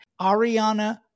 Ariana